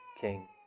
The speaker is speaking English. king